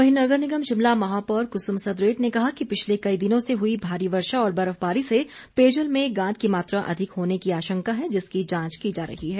वहीं नगर निगम शिमला महापौर कुसुम सदरेट ने कहा कि पिछले कई दिनों से हुई भारी वर्षा और बर्फबारी से पेयजल में गाद की मात्रा अधिक होने की आशंका है जिसकी जांच की जा रही है